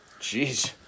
Jeez